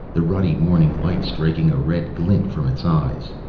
the ruddy morning light striking a red glint from its eyes.